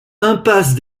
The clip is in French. impasse